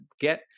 get